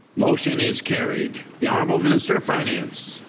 motion is carried. the honourable minister of finance.